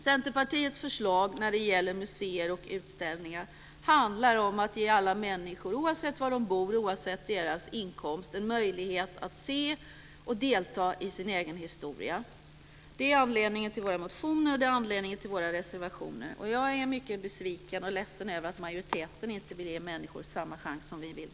Centerpartiets förslag när det gäller museer och utställningar handlar om att ge alla människor, oavsett var de bor och oavsett deras inkomst, en möjlighet att se och delta i sin egen historia. Det är anledningen till våra motioner och våra reservationer, och jag är mycket besviken och ledsen över att majoriteten inte vill ge människor samma chans som vi vill.